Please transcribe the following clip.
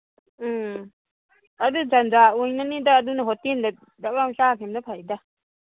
ꯎꯝ ꯑꯗꯨ ꯖꯟꯖꯥꯟ ꯑꯣꯏꯅꯅꯤꯗ ꯑꯗꯨꯅ ꯍꯣꯇꯦꯜꯗ ꯗꯛ ꯂꯥꯎ ꯆꯥꯒꯤꯕꯅ ꯐꯩꯗ